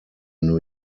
new